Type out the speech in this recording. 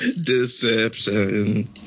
Deception